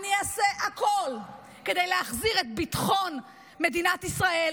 אני אעשה הכול כדי להחזיר את ביטחון מדינת ישראל,